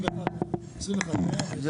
אז